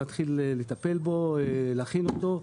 להתחיל לטפל בפרויקט הזה ולהכין אותו.